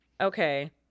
Okay